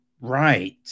right